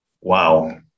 Wow